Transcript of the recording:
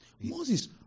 Moses